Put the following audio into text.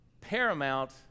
paramount